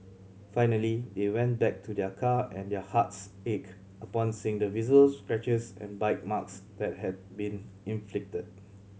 finally they went back to their car and their hearts ached upon seeing the visible scratches and bite marks that had been inflicted